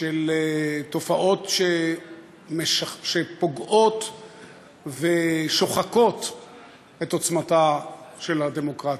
של תופעות שפוגעות ושוחקות את עוצמתה של הדמוקרטיה.